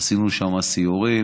עשינו שם סיורים,